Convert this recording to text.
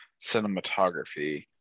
cinematography